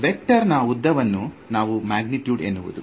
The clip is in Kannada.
ವೆಕ್ಟರ್ ನಾ ಉದ್ದವನ್ನು ನಾವು ಮ್ಯಾಗ್ನಿಟ್ಯೂಡ್ ಎನ್ನುವುದು